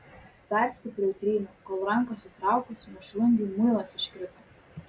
dar stipriau tryniau kol ranką sutraukus mėšlungiui muilas iškrito